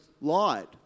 lied